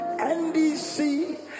NDC